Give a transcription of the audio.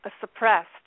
suppressed